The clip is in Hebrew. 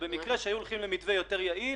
שבמקרה שהיו הולכים למתווה יותר יעיל,